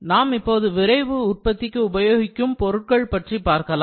நாம் இப்போது விரைவு உற்பத்திக்கு உபயோகிக்கும் பொருட்கள் பற்றி பார்க்கலாம்